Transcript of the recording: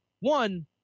one